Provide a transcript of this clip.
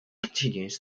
continues